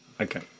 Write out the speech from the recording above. Okay